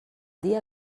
dia